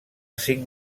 cinc